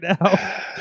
now